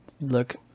look